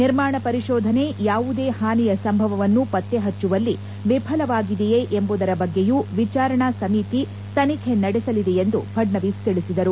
ನಿರ್ಮಾಣ ಪರಿಶೋಧನೆ ಯಾವುದೇ ಹಾನಿಯ ಸಂಭವವನ್ನು ಪತ್ತೆ ಹಚ್ಚುವಲ್ಲಿ ವಿಫಲವಾಗಿದೆಯೇ ಎಂಬುದರ ಬಗ್ಗೆಯೂ ವಿಚಾರಣೆ ಸಮಿತಿ ತನಿಖೆ ನಡೆಸಲಿದೆ ಎಂದು ಫಡ್ಡವೀಸ್ ತಿಳಿಸಿದರು